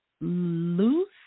loose